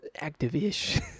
active-ish